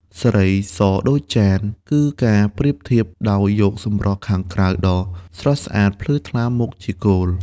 ស្រីសដូចចាន គឺការប្រៀបធៀបដោយយកសម្រស់ខាងក្រៅដ៏ស្រស់ស្អាត ភ្លឺថ្លា មកជាគោល។